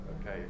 okay